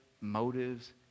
motives